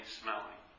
smelling